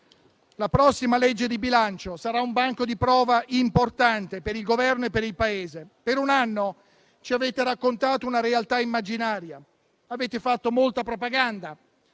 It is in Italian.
la prossima legge di bilancio sarà un banco di prova importante per il Governo e per il Paese. Per un anno ci avete raccontato una realtà immaginaria e avete fatto molta propaganda,